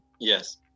Yes